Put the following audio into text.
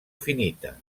finita